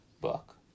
book